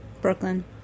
Brooklyn